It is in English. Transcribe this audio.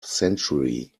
century